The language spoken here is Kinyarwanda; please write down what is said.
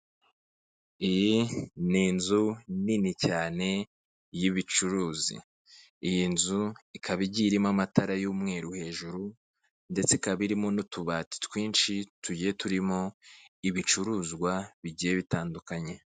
Iyi ni inzu nini cyane y'ubucuruzi iyi nzu ikaba igiye irimo amatara y'umweru hejuru ndetse ikaba irimo n'utubati twinshi tuye turimo ibicuruzwa bigiye bitandukanye.